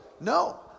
no